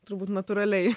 turbūt natūraliai